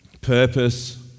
purpose